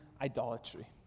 idolatry